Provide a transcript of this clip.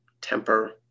temper